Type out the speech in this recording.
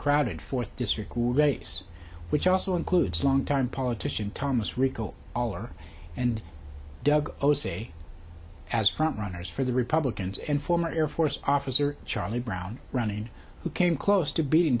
crowded fourth district race which also includes longtime politician thomas recall all or and doug ose a as front runners for the republicans and former air force officer charlie brown running who came close to being